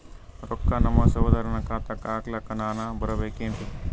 ರೊಕ್ಕ ನಮ್ಮಸಹೋದರನ ಖಾತಾಕ್ಕ ಹಾಕ್ಲಕ ನಾನಾ ಬರಬೇಕೆನ್ರೀ?